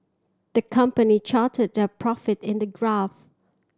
the company charted their profit in the graph